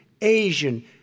Asian